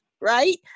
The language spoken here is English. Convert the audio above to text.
Right